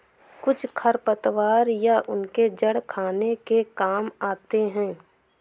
कुछ खरपतवार या उनके जड़ खाने के काम आते हैं